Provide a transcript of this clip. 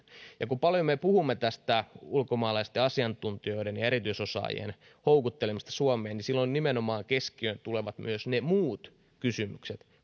ja kun me paljon puhumme tästä ulkomaalaisten asiantuntijoiden ja erityisosaajien houkuttelemisesta suomeen niin silloin keskiöön tulevat nimenomaan ne muut kysymykset